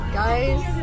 guys